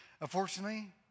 Unfortunately